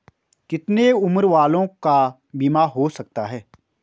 कितने उम्र वालों का बीमा हो सकता है?